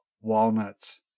walnuts